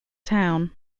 town